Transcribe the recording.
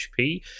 hp